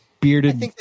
Bearded